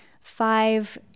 five